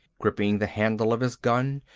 gripping the handle of his gun,